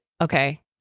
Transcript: okay